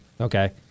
Okay